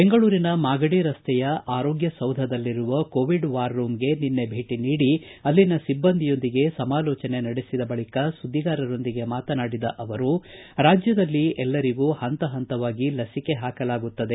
ಬೆಂಗಳೂರಿನ ಮಾಗಡಿ ರಸ್ತೆಯ ಆರೋಗ್ಯ ಸೌಧದಲ್ಲಿರುವ ಕೋವಿಡ್ ವಾರ್ ರೂಮ್ಗೆ ನಿನ್ನೆ ಭೇಟಿ ನೀಡಿ ಅಲ್ಲಿನ ಸಿಬ್ಬಂದಿಯೊಂದಿಗೆ ಸಮಾಲೋಚನೆ ನಡೆಸಿದ ಬಳಕ ಸುದ್ದಿಗಾರರೊಂದಿಗೆ ಮಾತನಾಡಿದ ಅವರು ರಾಜ್ಯದಲ್ಲಿ ಎಲ್ಲರಿಗೂ ಹಂತ ಹಂತವಾಗಿ ಲಸಿಕೆ ಹಾಕಲಾಗುತ್ತದೆ